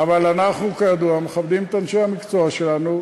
אבל אנחנו, כידוע, מכבדים את אנשי המקצוע שלנו.